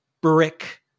brick